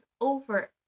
over